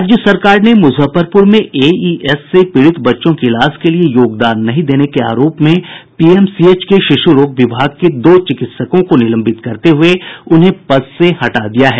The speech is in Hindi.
राज्य सरकार ने मुजफ्फरपुर में एईएस से पीड़ित बच्चों के इलाज के लिए योगदान नहीं देने के आरोप में पीएमसीएच के शिशु रोग विभाग के दो चिकित्सकों को निलंबित करते हुय उन्हें पद से हटा दिया है